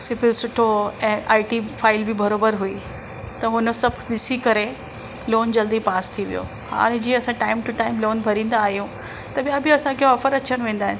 CIBIL सुठो हो ऐं आई टी फ़ाइल बि बराबरि हुई त हुन सभु ॾिसी करे लोन जल्दी पास थी वियो हाणे जीअं असां टाइम टू टाइम लोन भरींदा आहियूं त ॿिया बि असांखे ऑफ़र अचंदा वेंदा आहिनि